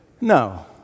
No